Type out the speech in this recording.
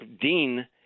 Dean